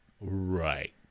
Right